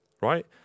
right